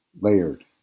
layered